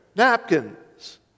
napkins